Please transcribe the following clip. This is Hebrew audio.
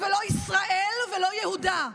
ולא ישראל ולא יהודה,